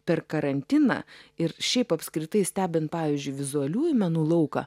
per karantiną ir šiaip apskritai stebint pavyzdžiui vizualiųjų menų lauką